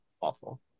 awful